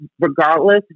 regardless